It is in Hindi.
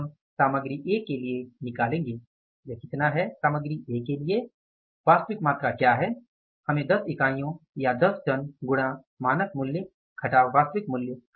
तो हम सामग्री A के लिए निकालेंगे यह कितना है सामग्री A के लिए वास्तविक मात्रा क्या है हमें 10 इकाइयों या 10 टन गुणा मानक मूल्य वास्तविक मूल्य